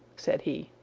said he.